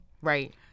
right